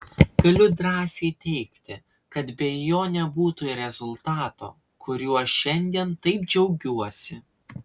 galiu drąsiai teigti kad be jo nebūtų ir rezultato kuriuo šiandien taip džiaugiuosi